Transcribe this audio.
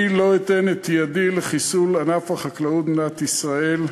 אני לא אתן את ידי לחיסול ענף החקלאות במדינת ישראל.